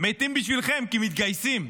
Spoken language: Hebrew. מתים בשבילכם כי מתגייסים.